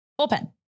bullpen